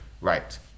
right